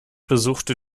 besuchte